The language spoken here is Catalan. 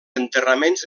enterraments